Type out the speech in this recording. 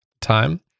time